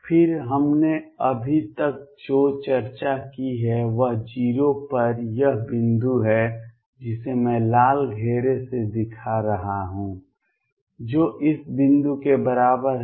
फिर हमने अभी तक जो चर्चा की है वह 0 पर यह बिंदु है जिसे मैं लाल घेरे से दिखा रहा हूं जो इस बिंदु के बराबर है